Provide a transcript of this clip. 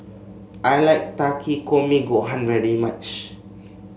I like Takikomi Gohan very much